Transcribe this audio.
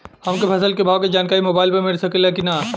हमके फसल के भाव के जानकारी मोबाइल पर मिल सकेला की ना?